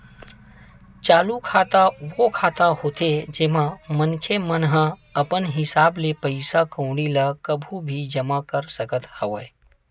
चालू खाता ओ खाता होथे जेमा मनखे मन ह अपन हिसाब ले पइसा कउड़ी ल कभू भी जमा कर सकत हवय